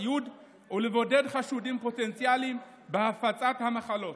ציוד ולבודד חשודים פוטנציאליים בהפצת מחלות.